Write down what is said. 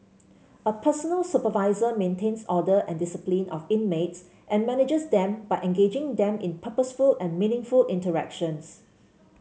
a personal supervisor maintains order and discipline of inmates and manages them by engaging them in purposeful and meaningful interactions